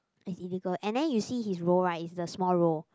it's illegal and then you see his roll right is the small roll